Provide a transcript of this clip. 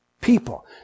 people